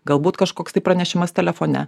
galbūt kažkoks tai pranešimas telefone